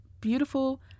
beautiful